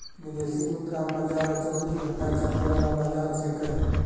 विदेशी मुद्रा बाजार चौबीस घंटा चलय वाला बाजार छेकै